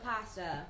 pasta